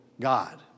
God